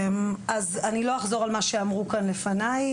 אז אני לא אחזור על מה שאמרו כאן לפניי,